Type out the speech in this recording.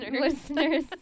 Listeners